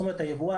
זאת אומרת, היבואן